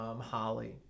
Holly